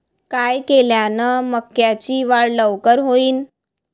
काय केल्यान मक्याची वाढ लवकर होईन?